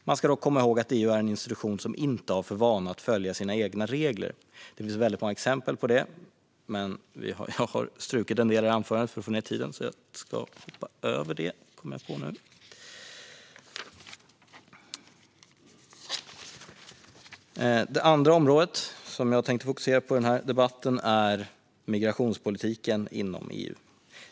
Man ska dock komma ihåg att EU är en institution som inte har för vana att följa sina egna regler. Det finns väldigt många exempel på detta. Det andra område jag tänkte fokusera på i denna debatt är migrationspolitiken inom EU.